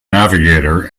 navigator